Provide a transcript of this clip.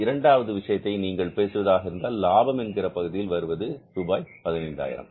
இரண்டாவது விஷயத்தை நீங்கள் பேசுவதாக இருந்தால் லாபம் என்கிற பகுதியில் வருவது ரூபாய் 15000